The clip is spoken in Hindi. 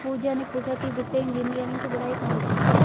पूजा ने पूछा कि वित्तीय इंजीनियरिंग की पढ़ाई कहाँ होती है?